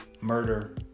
murder